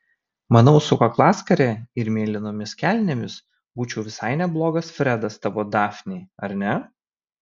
manau su kaklaskare ir mėlynomis kelnėmis būčiau visai neblogas fredas tavo dafnei ar ne